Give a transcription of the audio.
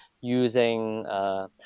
using